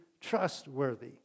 trustworthy